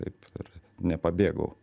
taip ir nepabėgau